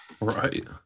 right